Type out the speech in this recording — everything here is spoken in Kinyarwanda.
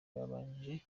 babanje